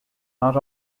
not